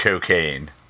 cocaine